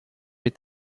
est